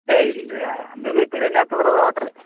ಏ ಇಲ್ಲ ರೀ ಅಂದರೂ ಭೀ ಪೆರಿನೇ ಆಗ್ತದ್ರಲ